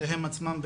שהם עצמם,